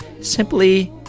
Simply